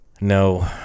No